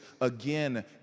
again